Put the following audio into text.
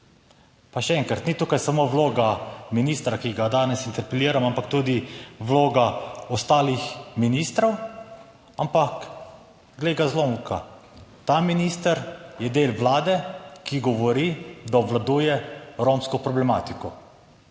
Pa še enkrat, ni tukaj samo vloga ministra, ki ga danes interpeliramo, ampak tudi vloga ostalih ministrov, ampak glej ga zlomka, ta minister je del Vlade, ki govori, da obvladuje romsko problematiko.